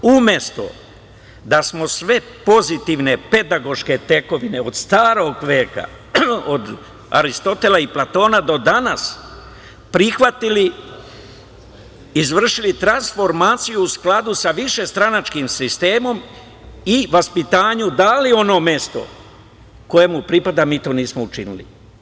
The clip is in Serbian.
Umesto da smo sve pozitivne pedagoške tekovine od starog veka, od Aristotela i Platona do danas prihvatili, izvršili transformaciju u skladu sa višestranačkim sistemom i vaspitanju dali ono mesto koje mu pripada, mi to nismo učinili.